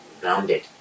Grounded